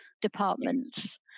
departments